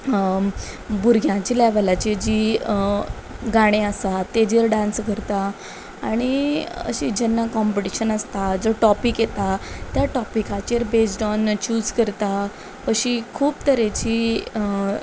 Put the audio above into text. भुरग्यांच्या लॅवलाची जी गाणें आसा तेजेर डांस करता आनी अशी जेन्ना कॉम्पिटिशन आसता जो टॉपिक येता त्या टॉपिकाचेर बेज्ड ऑन चूज करता अशी खूब तरेची